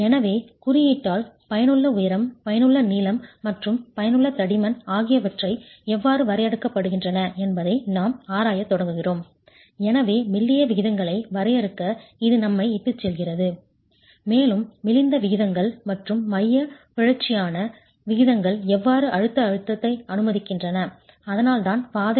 எனவே குறியீட்டால் பயனுள்ள உயரம் பயனுள்ள நீளம் மற்றும் பயனுள்ள தடிமன் ஆகியவை எவ்வாறு வரையறுக்கப்படுகின்றன என்பதை நாம் ஆராயத் தொடங்குகிறோம் எனவே மெல்லிய விகிதங்களை வரையறுக்க இது நம்மை இட்டுச் செல்கிறது மேலும் மெலிந்த விகிதங்கள் மற்றும் மையப் பிறழ்ச்சியான விகிதங்கள் எவ்வாறு அழுத்த அழுத்தத்தை அனுமதிக்கின்றன அதனால்தான் பாதை